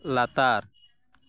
ᱞᱟᱛᱟᱨ